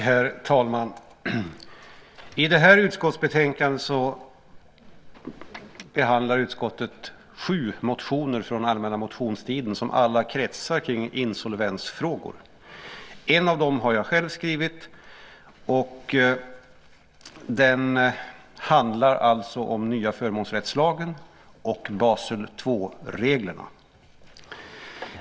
Herr talman! I det här utskottsbetänkandet behandlar utskottet sju motioner från allmänna motionstiden som alla kretsar kring insolvensfrågor. En av dem har jag själv skrivit, och den handlar om den nya förmånsrättslagen och Basel 2-reglerna.